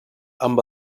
amb